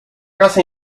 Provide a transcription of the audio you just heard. casa